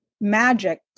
magic